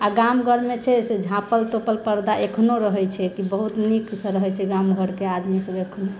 आ गाम घर मे छै से झाँपल तोपल पर्दा एखनो रहै छै बहुत नीकसँ रहै छै गाम घर के आदमी सभ एखनो